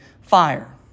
fire